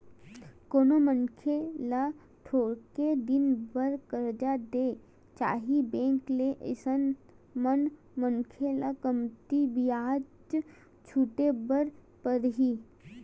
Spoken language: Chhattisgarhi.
कोनो मनखे ल थोरके दिन बर करजा देय जाही बेंक ले अइसन म मनखे ल कमती बियाज छूटे बर परही